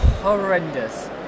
horrendous